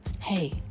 Hey